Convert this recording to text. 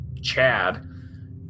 Chad